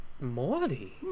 Morty